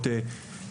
כ"א באדר,